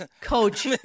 Coach